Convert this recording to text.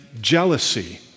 jealousy